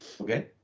Okay